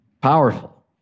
Powerful